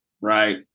Right